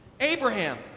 Abraham